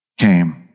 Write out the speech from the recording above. came